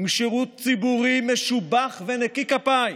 עם שירות ציבורי משובח ונקי כפיים